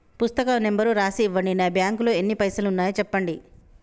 పుస్తకం నెంబరు రాసి ఇవ్వండి? నా బ్యాంకు లో ఎన్ని పైసలు ఉన్నాయో చెప్పండి?